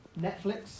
Netflix